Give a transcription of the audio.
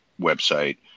website